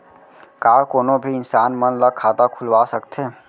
का कोनो भी इंसान मन ला खाता खुलवा सकथे?